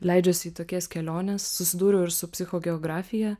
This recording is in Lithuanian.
leidžiuosi į tokias keliones susidūriau ir su psicho geografija